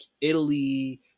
Italy